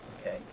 okay